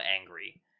angry